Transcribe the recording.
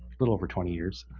little over twenty years,